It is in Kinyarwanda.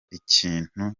ikintu